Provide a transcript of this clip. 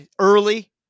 early